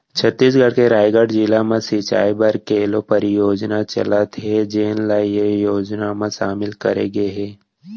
छत्तीसगढ़ के रायगढ़ जिला म सिंचई बर केलो परियोजना चलत हे जेन ल ए योजना म सामिल करे गे हे